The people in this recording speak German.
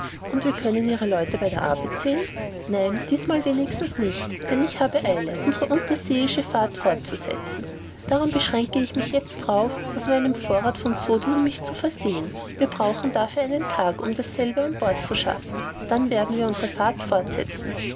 und wir können ihre leute bei der arbeit sehen nein diesmal wenigstens nicht denn ich habe eile unsere unterseeische fahrt fortzusetzen darum beschränke ich mich jetzt darauf aus meinem vorrath von sodium mich zu versehen wir brauchen nur einen tag um dasselbe an bord zu schaffen dann werden wir unsere fahrt fortsetzen